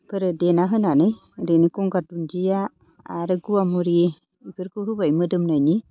फोर देना होनानै ओरैनो गंगार दुन्दिया आरो गुवामुरि बेफोरखौ होबाय मोदोमनायनि